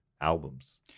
albums